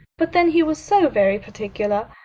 but then he was so very particular.